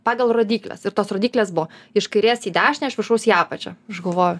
pagal rodykles ir tos rodyklės buvo iš kairės į dešinę iš viršaus į apačią aš galvoju